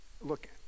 look